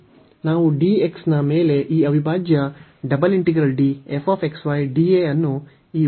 ನಾವು ಈ dx ನ ಮೇಲೆ ಈ ಅವಿಭಾಜ್ಯ ಅನ್ನು ಈ y ಅನ್ನು ಸ್ಥಿರವಾಗಿ ಪರಿಗಣಿಸುತ್ತೇವೆ